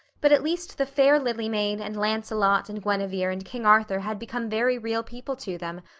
but at least the fair lily maid and lancelot and guinevere and king arthur had become very real people to them,